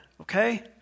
okay